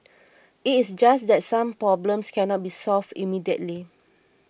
it is just that some problems cannot be solved immediately